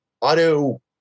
auto